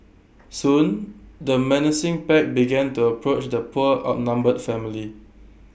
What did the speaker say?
soon the menacing pack began to approach the poor outnumbered family